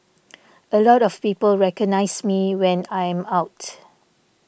a lot of people recognise me when I am out